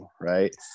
right